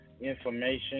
information